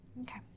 Okay